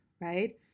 right